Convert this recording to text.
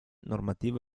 normativa